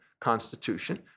constitution